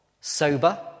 sober